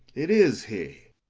it is he!